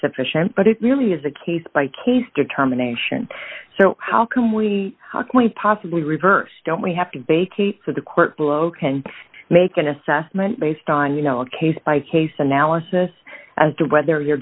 sufficient but it really is a case by case determination so how can we not quite possibly reverse don't we have to make a for the court below can make an assessment based on you know a case by case analysis as to whether you